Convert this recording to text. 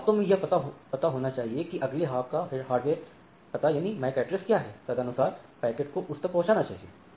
तो वास्तव में यह पता होना चाहिए कि अगले हॉप का हार्डवेयर पता क्या है तदानुसार पैकेट को उस तक पहुंचाना चाहिए